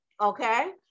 Okay